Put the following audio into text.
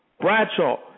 Bradshaw